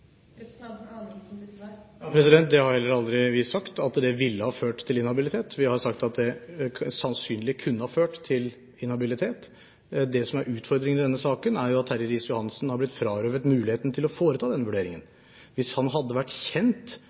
representanten Anundsen på prinsipielt grunnlag har reist et spørsmål om det fører til inhabilitet. Det har heller aldri vi sagt at ville ha ført til inhabilitet. Vi har sagt at det sannsynlig kunne ha ført til inhabilitet. Det som er utfordringen i denne saken, er jo at Terje Riis-Johansen har blitt frarøvet muligheten til å foreta denne vurderingen. Hvis han hadde vært kjent